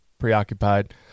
preoccupied